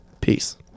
Peace